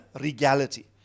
regality